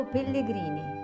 Pellegrini